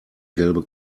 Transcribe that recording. gelbe